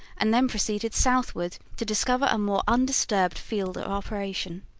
and then proceeded southward to discover a more undisturbed field of operation.